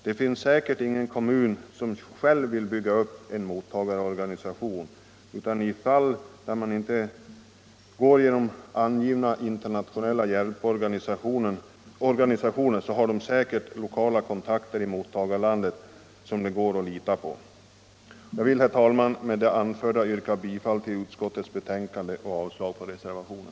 Det finns säkert ingen kommun som själv vill bygga upp en mottagarorganisation, utan i de fall där biståndet inte går genom angivna internationella hjälporganisationer finns det säkerligen lokala kontakter i mottagarlandet, som det går att lita på. Jag vill, herr talman, med det anförda yrka bifall till utskottets hemställan, vilket innebär avslag på reservationen.